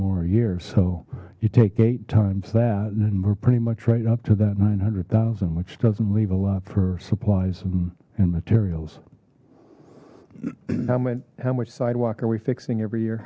more year so you take eight times that and we're pretty much right up to that nine hundred thousand which doesn't leave a lot for supplies and and materials i mean how much sidewalk are we fixing every year